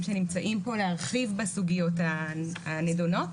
שנמצאים פה להרחיב בסוגיות הנדונות.